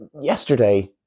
yesterday